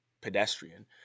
pedestrian